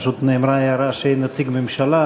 פשוט נאמרה הערה שאין נציג הממשלה.